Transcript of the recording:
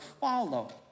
follow